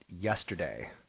yesterday